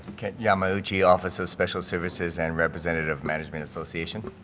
kent yamauchi, officer, special services and representative of management association.